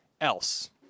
else